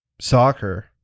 soccer